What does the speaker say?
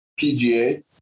PGA